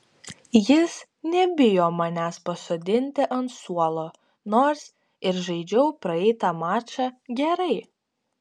jis nebijo manęs pasodinti ant suolo nors ir žaidžiau praeitą mačą gerai